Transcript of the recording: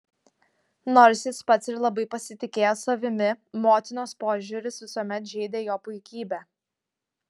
nors jis pats ir labai pasitikėjo savimi motinos požiūris visuomet žeidė jo puikybę